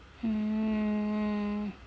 um